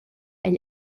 egl